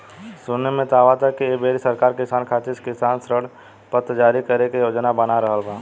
सुने में त आवता की ऐ बेरी सरकार किसान खातिर किसान ऋण पत्र जारी करे के योजना बना रहल बा